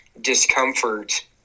discomfort